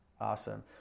awesome